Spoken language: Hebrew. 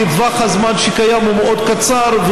כי טווח הזמן שקיים הוא מאוד קצר,